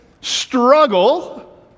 struggle